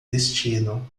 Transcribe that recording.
destino